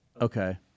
Okay